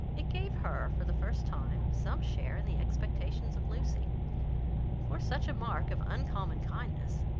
it gave her, for the first time, some share in the expectations of lucy for such a mark of uncommon kindness,